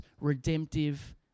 redemptive